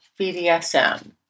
BDSM